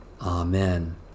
Amen